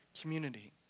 community